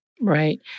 Right